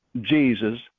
Jesus